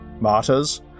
martyrs